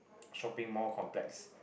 shopping mall complex